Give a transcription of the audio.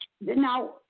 Now